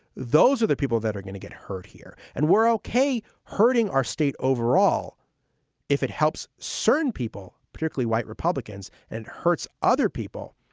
those are the people that are going to get hurt here. and we're okay hurting our state overall if it helps certain people, particularly white republicans, and hurts other people,